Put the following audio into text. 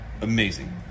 amazing